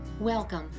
Welcome